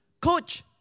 coach